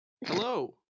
Hello